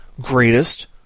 greatest